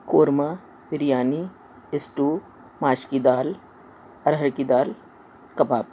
korma biryani stew ماش کی دال ارہر کی دال کباب